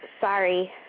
Sorry